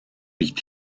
nicht